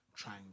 trying